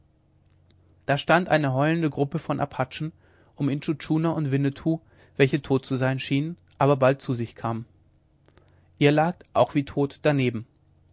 da stand eine heulende gruppe von apachen um intschu tschuna und winnetou welche tot zu sein schienen aber bald zu sich kamen ihr lagt auch wie tot daneben